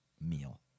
meal